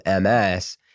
MS